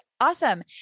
Awesome